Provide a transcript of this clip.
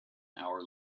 our